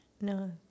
No